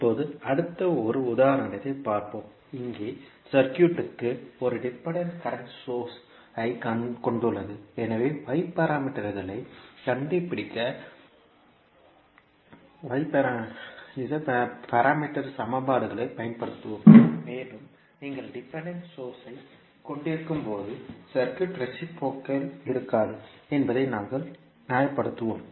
இப்போது அடுத்த ஒரு உதாரணத்தைப் பார்ப்போம் இங்கே சர்க்யூட் க்கு ஒரு டிபெண்டன்ட் கரண்ட் சோர்ஸ் ஐ கொண்டுள்ளது எனவே y பாராமீட்டர்களைக் கண்டுபிடிக்க பாராமீட்டர் சமன்பாடுகளைப் பயன்படுத்துவோம் மேலும் நீங்கள் டிபெண்டன்ட் சோர்ஸ் ஐ கொண்டிருக்கும்போது சர்க்யூட் ரேசிப்ரோகல் இருக்காது என்பதை நாங்கள் நியாயப்படுத்துவோம்